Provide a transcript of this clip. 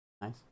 Nice